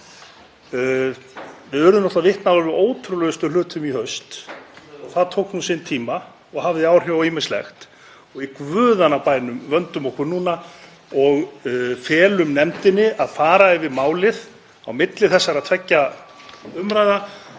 Við urðum vitni að ótrúlegustu hlutum í haust og það tók sinn tíma og hafði áhrif á ýmislegt og í guðanna bænum vöndum okkur núna og felum nefndinni að fara yfir málið á milli þessara tveggja umræðna